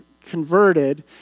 converted